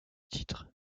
titres